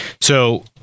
So-